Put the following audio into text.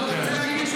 אני רוצה להגיד משהו